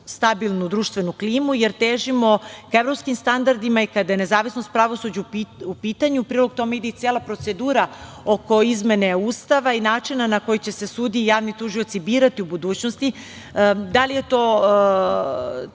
stabilnu društvenu klimu, jer težimo ka evropskim standardima i kada je nezavisnost pravosuđa u pitanju. U prilog tome ide i cela procedura oko izmene Ustava i načina na koji će se sudije i javni tužioci birati u budućnosti. Ti predlozi